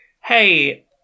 Hey